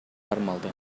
кармалды